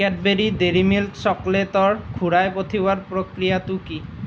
Cadbury dairy milk চকলেটৰ ঘূৰাই পঠিওৱাৰ প্ৰক্ৰিয়াটো কি